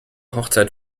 hochzeit